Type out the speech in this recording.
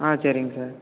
ஆ சரிங் சார்